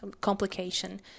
complication